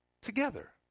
together